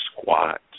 squat